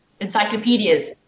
Encyclopedias